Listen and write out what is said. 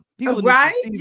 Right